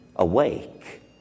awake